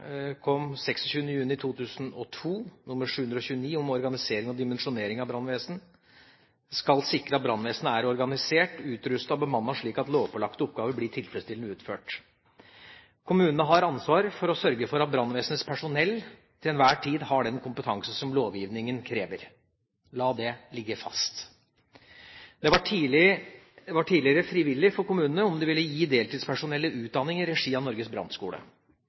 dimensjonering av brannvesen, skal sikre at brannvesenet er organisert, utrustet og bemannet slik at lovpålagte oppgaver blir tilfredsstillende utført. Kommunene har ansvar for å sørge for at brannvesenets personell til enhver tid har den kompetanse som lovgivningen krever. La det ligge fast. Det var tidligere frivillig for kommunene om de ville gi deltidspersonellet utdanning i regi av Norges brannskole.